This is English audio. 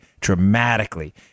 dramatically